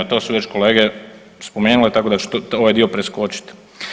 To su već kolege spomenule tako da ću ovaj dio preskočit.